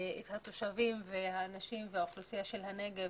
אין ספק, שגם הנשים סובלות.